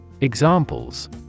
Examples